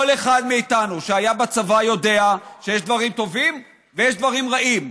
כל אחד מאיתנו שהיה בצבא יודע שיש דברים טובים ויש דברים רעים,